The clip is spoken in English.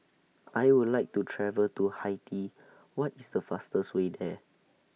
I Would like to travel to Haiti What IS The fastest Way There